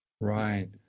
right